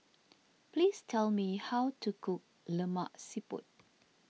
please tell me how to cook Lemak Siput